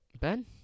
Ben